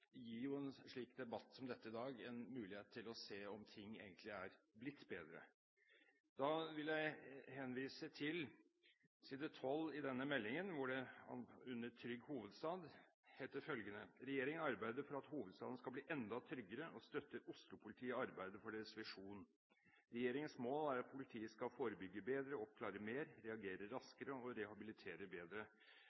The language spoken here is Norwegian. gir en debatt som den i dag en mulighet til å se om ting egentlig er blitt bedre. Jeg vil henvise til side 12 i denne meldingen, hvor det under overskriften «Trygg hovedstad» heter følgende: «Regjeringen arbeider for at hovedstaden skal bli enda tryggere og støtter Oslo-politiet i arbeidet for deres visjon Videre: «Regjeringens mål er at politiet skal forebygge bedre, oppklare mer, reagere